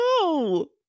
no